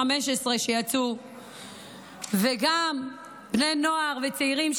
15 וגם בני נוער וצעירים,